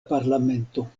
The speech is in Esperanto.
parlamento